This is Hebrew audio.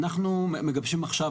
אנחנו מגבשים עכשיו,